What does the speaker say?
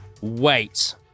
wait